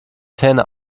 zähne